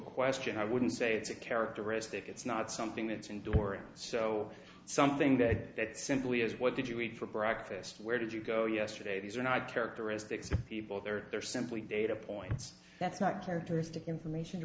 question i wouldn't say it's a characteristic it's not something that's enduring so something that simply is what did you eat for breakfast where did you go yesterday these are not characteristics of people they're they're simply data points that's not characteristic information